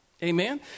Amen